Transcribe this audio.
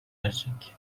erecek